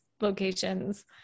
locations